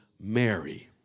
Mary